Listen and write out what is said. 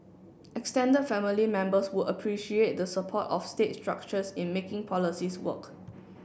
extended family members would appreciate the support of state structures in making policies work